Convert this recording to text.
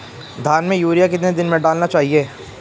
धान में यूरिया कितने दिन में डालना चाहिए?